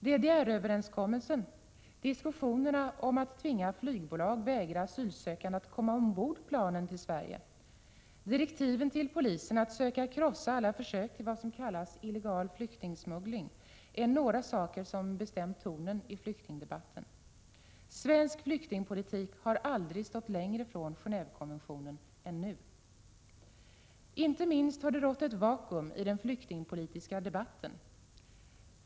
DDR-överenskommelsen, diskussionerna om att tvinga flygbolag vägra asylsökande att komma ombord på planen till Sverige, direktiven till polisen att söka krossa alla försök till vad som kallas för illegal flyktingsmuggling är några saker som bestämt tonen i flyktingdebatten. Svensk flyktingpolitik har aldrig stått längre från Gen&vekonventionen än nu. Inte minst har det rått ett vakuum i den flyktingpolitiska debatten.